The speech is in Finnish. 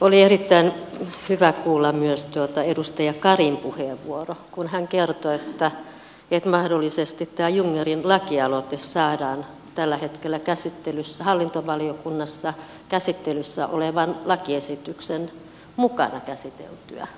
oli erittäin hyvä kuulla myös edustaja karin puheenvuoro kun hän kertoi että mahdollisesti tämä jugnerin lakialoite saadaan tällä hetkellä hallintovaliokunnassa käsittelyssä olevan lakiesityksen mukana käsiteltyä